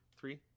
Three